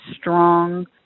strong